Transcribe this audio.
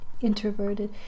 introverted